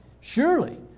Surely